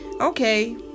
Okay